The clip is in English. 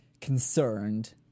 concerned